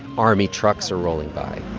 army trucks are rolling by.